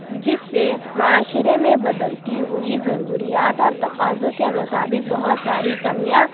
جس سے معاشرے میں بدلتی ہوئی ضروریات اور تقاضوں کے مطابق بہت ساری کمیاں